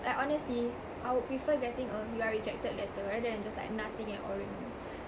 like honestly I would prefer getting a you're rejected letter rather than just like nothing at all you know